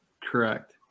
Correct